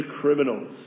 criminals